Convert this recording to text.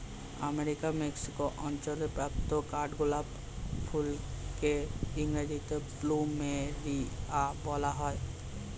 আমেরিকার মেক্সিকো অঞ্চলে প্রাপ্ত কাঠগোলাপ ফুলকে ইংরেজিতে প্লুমেরিয়া বলা হয়